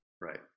Right